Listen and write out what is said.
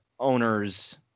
owners